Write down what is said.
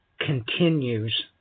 continues